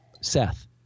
Seth